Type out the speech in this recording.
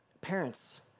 Parents